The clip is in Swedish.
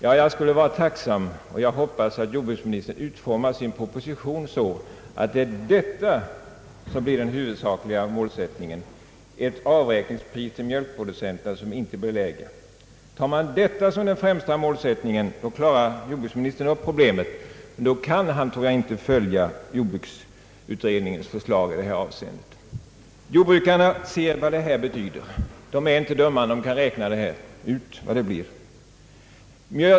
Ja, jag skulle vara tacksam om jordbruksministern utformar sin proposition så att den huvudsakliga målsättningen blir ett oförändrat avräkningspris för mjölkproducenterna. I så fall klarar jordbruksministern upp problemet — men då kan han, tror jag, inte följa jordbruksutredningens förslag i denna del. Jordbrukarna är inte dummare än att de kan räkna ut vad detta betyder.